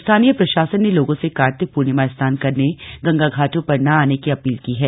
स्थानीय प्रशासन ने लोगों से कार्तिक पूर्णिमा स्नान करने गंगा घाटों पर न आने की अपील की है